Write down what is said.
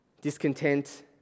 discontent